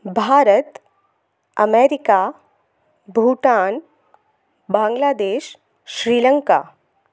Bharat America Bhutan Bangladesh Sri Lanka